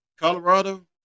Colorado